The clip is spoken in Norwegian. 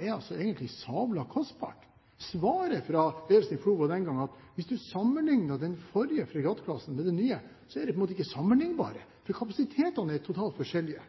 er sabla kostbart. Svaret fra ledelsen i FLO var den gang at hvis en sammenligner den forrige fregattklassen med den nye, er de på en måte ikke sammenlignbare. Kapasitetene er totalt forskjellige.